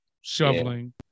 shoveling